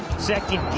second